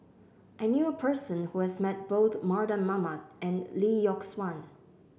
I knew a person who has met both Mardan Mamat and Lee Yock Suan